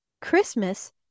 Christmas